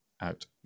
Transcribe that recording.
out